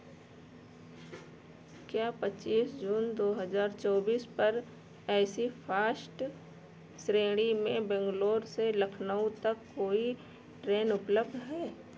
क्या पच्चीस जून दो हज़ार चौबीस पर ए सी फस्ट श्रेणी में बैंगलोर से लखनऊ तक कोई ट्रेन उपलब्ध है